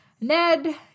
Ned